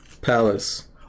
palace